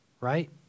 right